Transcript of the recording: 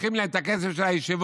לוקחים להם את הכסף של הישיבות,